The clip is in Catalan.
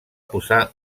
posar